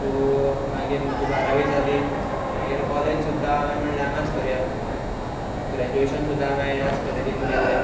so मागीर म्हजी बारावी जाली मागीर कॉलेज सुद्दां हांवें म्हळे हांगाच करया ग्रेज्युएशेन सुद्दां हांवें ह्याच कॉलेजींत केलें